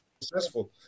successful